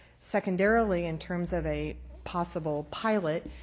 secondarily, in terms of a possible pilot,